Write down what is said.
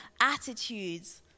attitudes